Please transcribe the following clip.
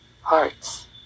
hearts